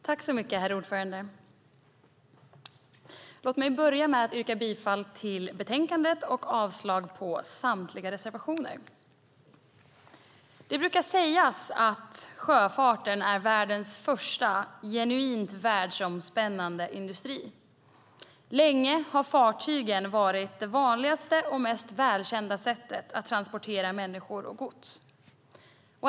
Herr talman! Låt mig börja med att yrka bifall till förslaget i betänkandet och avslag på samtliga reservationer. Det brukar sägas att sjöfarten är världens första genuint världsomspännande industri. Länge har fartyg varit det vanligaste och mest välkända sättet att transportera människor och gods.